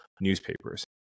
newspapers